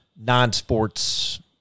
non-sports